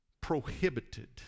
prohibited